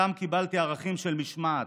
שם קיבלתי ערכים של משמעת,